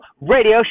radio